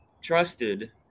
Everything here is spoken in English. trusted